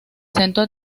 centro